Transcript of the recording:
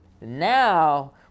Now